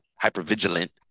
hyper-vigilant